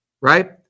Right